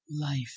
life